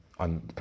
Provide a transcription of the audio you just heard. On